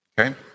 Okay